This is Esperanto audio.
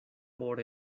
por